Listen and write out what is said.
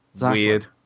Weird